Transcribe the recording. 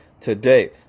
today